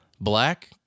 black